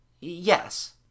Yes